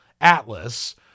Atlas